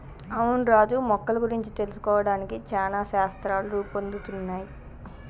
అవును రాజు మొక్కల గురించి తెలుసుకోవడానికి చానా శాస్త్రాలు రూపొందుతున్నయ్